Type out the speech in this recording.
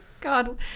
God